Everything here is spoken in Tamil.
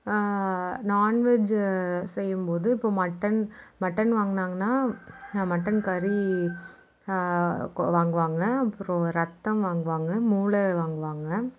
நாண்வெஜ்ஜி செய்யும் போது இப்போ மட்டன் மட்டன் வாங்கினாங்கனா மட்டன் கறி வாங்குவாங்கள் அப்புறம் ரத்தம் வாங்குவாங்கள் மூளை வாங்குவாங்கள்